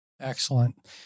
Excellent